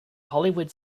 hollywood